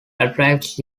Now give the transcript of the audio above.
attracts